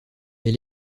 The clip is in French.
elle